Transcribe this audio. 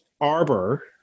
arbor